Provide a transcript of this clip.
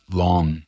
long